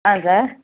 ஆ sir